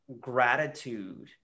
gratitude